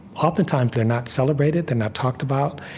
oftentimes, they're not celebrated. they're not talked about.